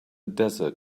desert